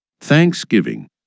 Thanksgiving